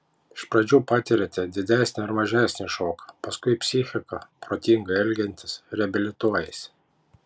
iš pradžių patiriate didesnį ar mažesnį šoką paskui psichika protingai elgiantis reabilituojasi